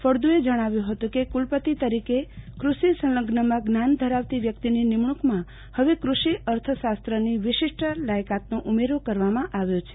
ફળદુએ જણાવ્યું હતું કે કુલપતિ તરીકે કૃષિ સંલગ્નમાં જ્ઞાન ધરાવતી વ્યક્તિની નિમણૂંકમાં હવે ક્રષિ અર્થશાસ્ત્રની વિશિષ્ટ લાયકત તો ઉમેરો કરવામાં આવ્યો છે